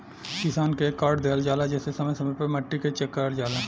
किसान के एक कार्ड दिहल जाला जेसे समय समय पे मट्टी के चेक करल जाला